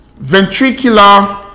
ventricular